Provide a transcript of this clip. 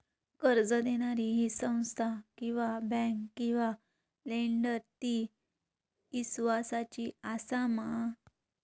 कर्ज दिणारी ही संस्था किवा बँक किवा लेंडर ती इस्वासाची आसा मा?